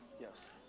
Yes